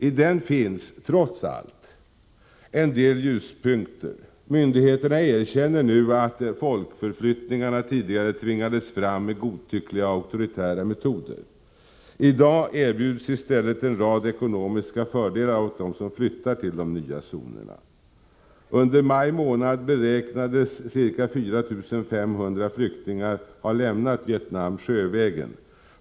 I den finns trots allt en del ljuspunkter. Myndigheterna erkänner nu att folkförflyttningarna tidigare tvingades fram med godtyckliga och auktoritära metoder. I dag erbjuds i stället en rad ekonomiska fördelar åt dem som flyttar till de nya zonerna. Under maj månad beräknades ca 4 500 ha lämnat Vietnam sjövägen.